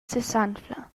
sesanfla